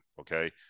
okay